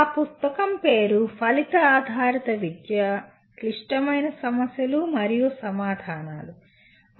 ఆ పుస్తకం పేరు "ఫలిత ఆధారిత విద్య క్లిష్టమైన సమస్యలు మరియు సమాధానాలు"